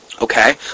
Okay